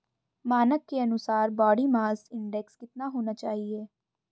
मानक के अनुसार बॉडी मास इंडेक्स कितना होना चाहिए?